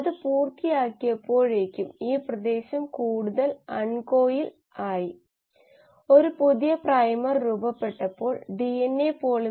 നിങ്ങൾക്ക് പോയി ഇത് പരിശോധിക്കാം സ്റ്റെഫനോപോലോസും വല്ലിനോയും 1991 നെറ്റ്വർക്ക് റീജിഡിറ്റിയും മെറ്റബോളിക് എഞ്ചിനീയറിംഗും മെറ്റബോളൈറ്റ് അധിക ഉൽപാദനത്തിൽ